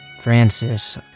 Francis